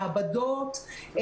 מעבדות,